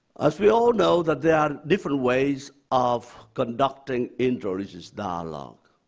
as we all know that there are different ways of conducting interreligious dialogue,